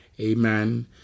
Amen